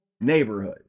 neighborhood